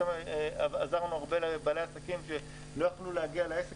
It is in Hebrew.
גם עזרנו הרבה לבעלי עסקים שלא יכולים היו להגיע לעסק